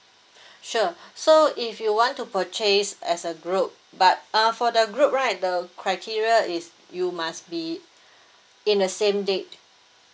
sure so if you want to purchase as a group but uh for the group right the criteria is you must be in the same date